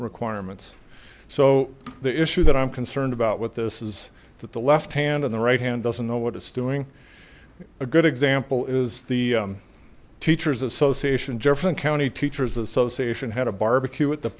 requirements so the issue that i'm concerned about with this is that the left hand of the right hand doesn't know what it's doing a good example is the teacher's association jefferson county teacher's association had a barbecue at the